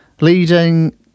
leading